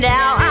Now